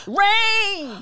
rain